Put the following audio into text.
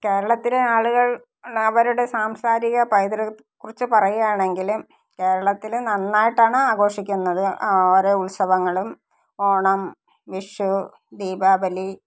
കേരളത്തിലെ ആളുകൾ അവരുടെ സാംസ്കാരിക പൈതൃകത്തെക്കുറിച്ച് പറയുകയാണെങ്കിൽ കേരളത്തിൽ നന്നായിട്ടാണ് ആഘോഷിക്കുന്നത് ഓരോ ഉത്സവങ്ങളും ഓണം വിഷു ദീപാവലി